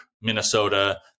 Minnesota